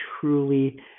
truly